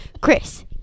Chris